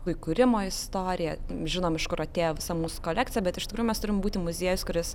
įkūrimo istoriją žinom iš kur atėjo visa mūsų kolekcija bet iš tikrųjų mes turim būti muziejus kuris